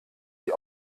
die